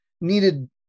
needed